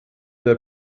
der